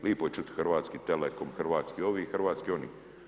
Lipo je čuti Hrvatski telekom, hrvatski ovi, hrvatski oni.